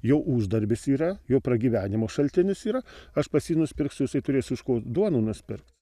jau uždarbis yra jau pragyvenimo šaltinis yra aš pas jį nusipirksiu jisai turės iš ko duoną nusipirkt